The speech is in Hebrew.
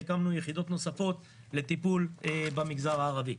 והקמנו יחידות נוספות לטיפול במגזר הערבי.